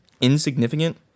insignificant